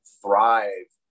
thrive